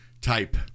type